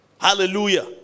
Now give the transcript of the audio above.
Hallelujah